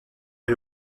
est